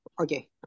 Okay